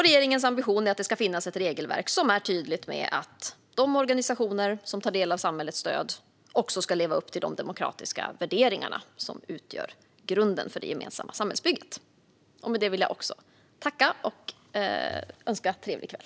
Regeringens ambition är att det ska finnas ett regelverk som är tydligt med att de organisationer som tar del av samhällets stöd också ska leva upp till de demokratiska värderingarna, som utgör grunden för det gemensamma samhällsbygget. Med det vill också jag tacka och önska trevlig kväll!